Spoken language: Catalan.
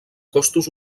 costos